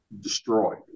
destroyed